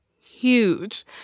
huge